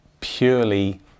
purely